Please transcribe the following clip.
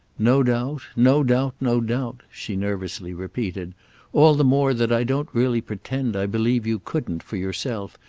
no doubt, no doubt, no doubt, she nervously repeated all the more that i don't really pretend i believe you couldn't, for yourself,